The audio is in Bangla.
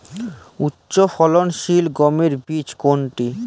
উচ্চফলনশীল গমের বীজ কোনটি?